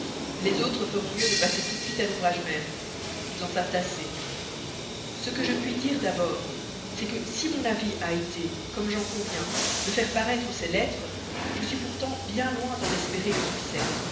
les autres feront mieux de passer tout de suite à l'ouvrage même ils en savent assez ce que je puis dire d'abord c'est que si mon avis a été comme j'en conviens de faire paraître ces lettres je suis pourtant bien loin de compter sur leur succès